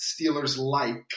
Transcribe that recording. Steelers-like